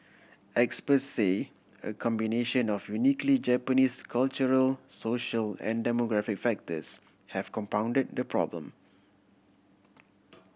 expert say a combination of uniquely Japanese cultural social and demographic factors have compounded the problem